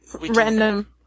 random